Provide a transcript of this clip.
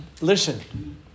listen